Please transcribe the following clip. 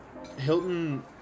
Hilton